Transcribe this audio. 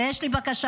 יש לי בקשה,